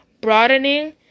broadening